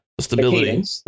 stability